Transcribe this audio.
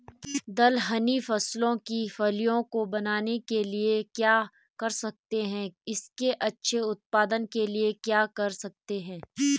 दलहनी फसलों की फलियों को बनने के लिए क्या कर सकते हैं इसके अच्छे उत्पादन के लिए क्या कर सकते हैं?